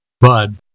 Bud